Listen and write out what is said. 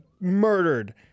murdered